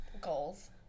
goals